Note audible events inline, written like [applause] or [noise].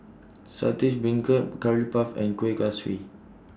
[noise] Saltish Beancurd Curry Puff and Kueh Kaswi